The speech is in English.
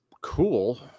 cool